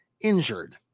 injured